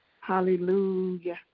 Hallelujah